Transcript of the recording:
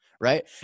Right